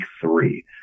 three